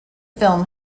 film